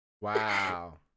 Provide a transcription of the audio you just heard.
wow